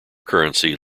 currency